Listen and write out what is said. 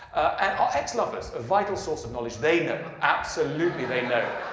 and our ex-lovers, a vital source of knowledge. they know. absolutely they know.